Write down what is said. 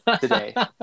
today